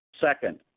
Second